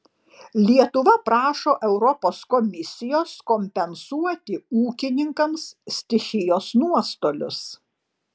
lietuva prašo europos komisijos kompensuoti ūkininkams stichijos nuostolius